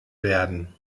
werden